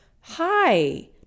hi